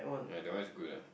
ya that one is good ah